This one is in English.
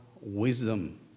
wisdom